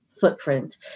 footprint